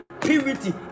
purity